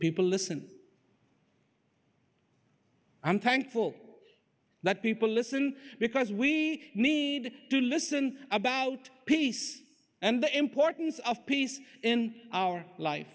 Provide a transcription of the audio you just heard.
people listen i'm thankful that people listen because we need to listen about peace and the importance of peace in our life